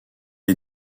est